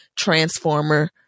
Transformer